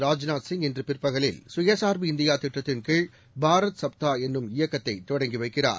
ராஜநாத் சிங் இன்றபிற்பகலில் சுயசார்பு இந்தியாதிட்டத்தின் கீழ் பாரத் சப்தாஎன்னும் இயக்கத்தைதொடங்கிவைக்கிறார்